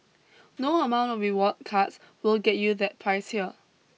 no amount of rewards cards will get you that price here